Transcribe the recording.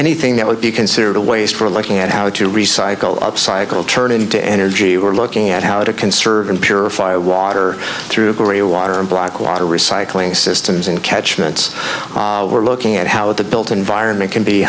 anything that would be considered a waste for looking at how to recycle up cycle turn into energy or looking at how to conserve and purify water through grey water and black water recycling systems and catchments we're looking at how the built environment can be